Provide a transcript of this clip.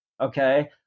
okay